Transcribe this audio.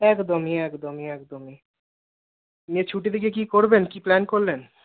একদমই একদমই একদমই নিয়ে ছুটিতে গিয়ে কী করবেন কী প্ল্যান করলেন